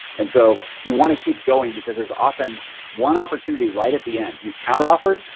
and so you wanna keep going because there's often one opportunity right at the end. you counter offered.